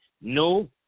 no